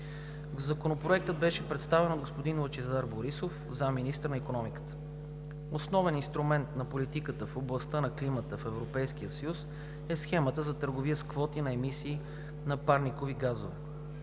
Законопроектът беше представен от господин Лъчезар Борисов – заместник-министър на икономиката. Основен инструмент на политиката в областта на климата в Европейския съюз е Схемата за търговия с квоти за емисии на парникови газове.